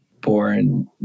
born